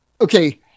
okay